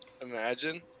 imagine